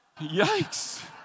yikes